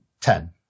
Ten